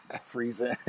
freezing